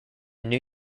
new